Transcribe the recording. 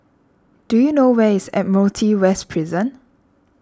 do you know where is Admiralty West Prison